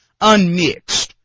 unmixed